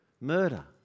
murder